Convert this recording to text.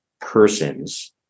person's